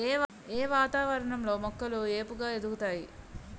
ఏ వాతావరణం లో మొక్కలు ఏపుగ ఎదుగుతాయి?